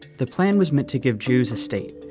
the plan was meant to give jews a state,